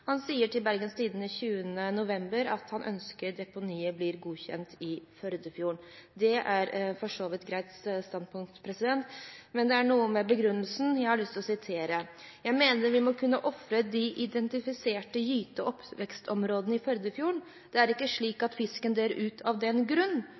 Han sier til Bergens Tidende 20. november i år at han ønsker at deponiet blir godkjent i Førdefjorden. Det er for så vidt et greit standpunkt, men det er noe fra begrunnelsen jeg har lyst til å sitere: «Jeg mener vi må kunne ofre de identifiserte gyte- og oppvekstområdene i Førdefjorden. Det er ikke slik